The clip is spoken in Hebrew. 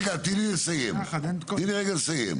רגע תני לי לסיים, תני לי רגע לסיים,